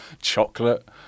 Chocolate